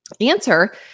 Answer